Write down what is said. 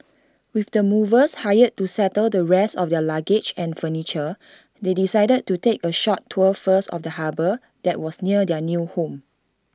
with the movers hired to settle the rest of their luggage and furniture they decided to take A short tour first of the harbour that was near their new home